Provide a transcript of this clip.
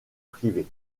privée